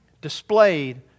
displayed